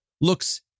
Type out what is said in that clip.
looks